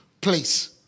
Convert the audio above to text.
place